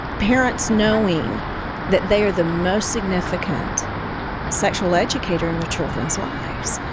parents knowing that they are the most significant sexual educator in their children's lives,